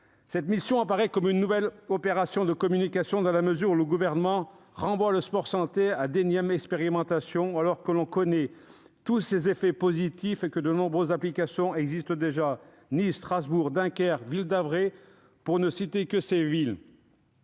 Cette mission apparaît comme une nouvelle opération de communication, dans la mesure où le Gouvernement renvoie le sport-santé à d'énièmes expérimentations, alors que l'on connaît tous ses effets positifs et que de nombreuses applications existent déjà : à Nice, à Strasbourg, à Dunkerque, à Ville-d'Avray, pour ne citer que ces villes.